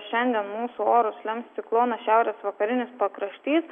šiandien mūsų orus lems ciklono šiaurės vakarinis pakraštys